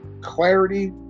clarity